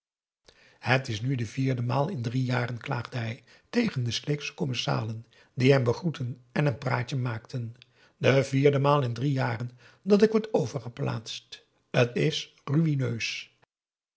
het is nu de vierde maal in drie jaren klaagde hij p a daum de van der lindens c s onder ps maurits tegen de sleeksche commensalen die hem begroetten en een praatje maakten de vierde maal in drie jaren dat ik word overgeplaatst t is